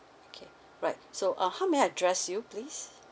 okay right so uh how may I address you please